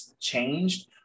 changed